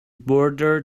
bordered